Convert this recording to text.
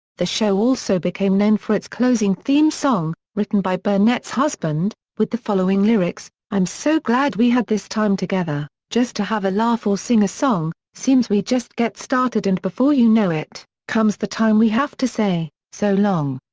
the show also became known for its closing theme song, written by burnett's husband, with the following lyrics i'm so glad we had this time together just to have a laugh or sing a song seems we just get started and before you know it comes the time we have to say, so long.